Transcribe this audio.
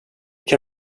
kan